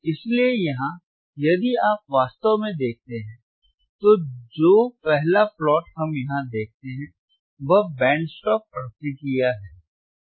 इसलिए यहां यदि आप वास्तव में देखते हैं तो जो पहला प्लॉट हम यहां देखते हैं वह बैंड स्टॉप प्रतिक्रिया है